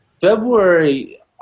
February